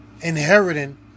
inheriting